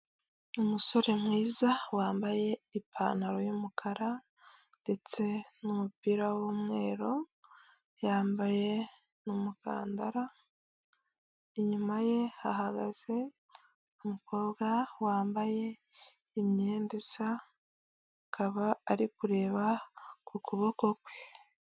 Umusore mwiza wambaye ipantaro y'umukara ndetse n'umupira w'umweru yambaye n'umukandara, inyuma ye hahagaze umukobwa wambaye imyenda isa akaba ari kureba ku kuboko kwe.